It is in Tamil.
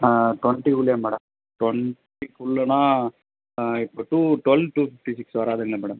ஆ டுவெண்ட்டிக்குள்ளேயா மேடம் டுவெண்ட்டிக்குள்ளேனா இப்போ two twelve two fifty six வராதுங்களே மேடம்